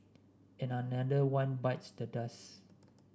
and another one bites the dust